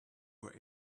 were